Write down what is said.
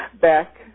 back